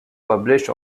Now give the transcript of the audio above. published